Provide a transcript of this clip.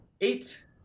eight –